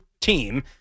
team